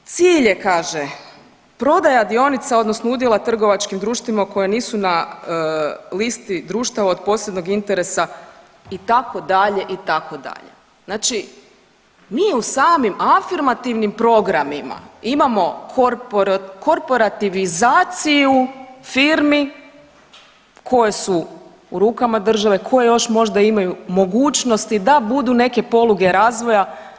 Cilj je kaže prodaja dionica odnosno udjela trgovačkim društvima koja nisu na listi društava od posebnog interesa itd., itd. znači mi u samim afirmativnim programima imamo korporativizaciju firmi koje su u rukama države, koje još možda imaju mogućnosti da budu neke poluge razvoja.